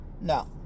No